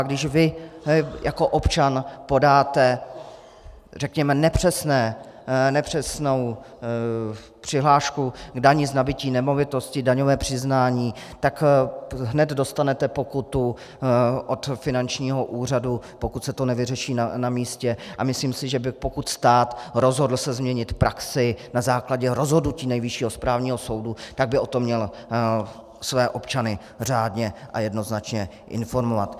Když vy jako občan podáte, řekněme, nepřesnou přihlášku k dani z nabytí nemovitosti, daňové přiznání, tak hned dostanete pokutu od finančního úřadu, pokud se to nevyřeší na místě, a myslím si, že pokud by se stát rozhodl změnit praxi na základě rozhodnutí Nejvyššího správního soudu, tak by o tom měl své občany řádně a jednoznačně informovat.